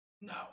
No